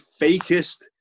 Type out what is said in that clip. fakest